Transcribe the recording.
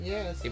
Yes